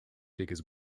figures